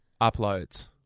uploads